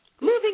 Moving